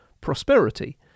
prosperity